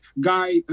guy